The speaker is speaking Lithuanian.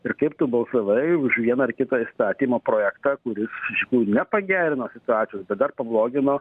ir kaip tu balsavai už vieną ar kitą įstatymo projektą kuris iš tikrųjų ne pagerino situacijos bet dar pablogino